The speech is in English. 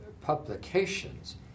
publications